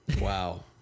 wow